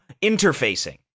interfacing